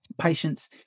patients